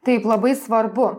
taip labai svarbu